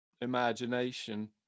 imagination